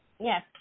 Yes